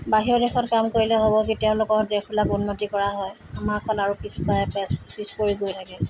বাহিৰৰ দেশত কাম কৰিলে হ'ব কি তেওঁলোকৰ দেশবিলাক উন্নতি কৰা হয় আমাৰখন আৰু পিছ পৰি পে পিছ পৰি গৈ থাকে